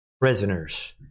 prisoners